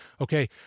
Okay